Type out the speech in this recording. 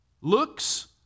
looks